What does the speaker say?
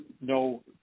no